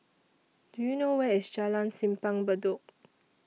Do YOU know Where IS Jalan Simpang Bedok